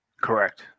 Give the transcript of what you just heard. Correct